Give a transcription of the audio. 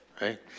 right